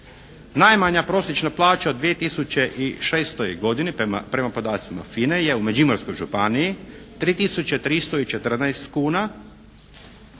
Najmanja prosječna plaća u 2006. godini prema podacima FINA-e je u Međimurskoj županiji 3314 kuna,